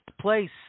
place